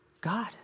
God